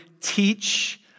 teach